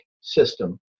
system